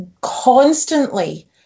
constantly